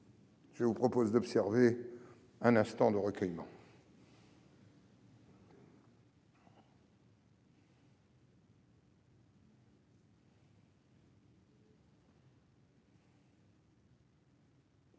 je vous propose d'observer un instant de recueillement.